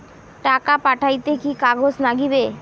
টাকা পাঠাইতে কি কাগজ নাগীবে?